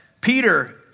Peter